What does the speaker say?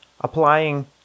applying